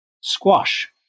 squash